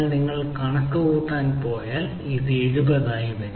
നിങ്ങൾ കണക്കുകൂട്ടാൻ പോയാൽ ഇത് 70 ആയി വരും